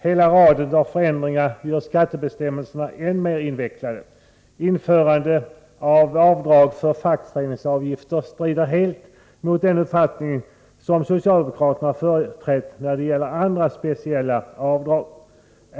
Hela raden av förändringar gör skattebestämmelserna än mer invecklade. Införandet av avdrag för fackföreningsavgifter strider helt mot den uppfattning socialdemokraterna företrätt när det gäller andra speciella avdrag.